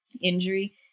injury